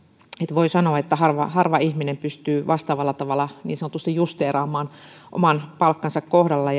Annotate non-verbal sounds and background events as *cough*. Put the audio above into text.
voi sanoa että harva harva ihminen pystyy vastaavalla tavalla niin sanotusti justeeraamaan oman palkkansa kohdalla *unintelligible*